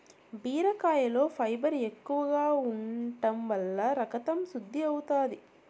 బీరకాయలో ఫైబర్ ఎక్కువగా ఉంటం వల్ల రకతం శుద్ది అవుతాది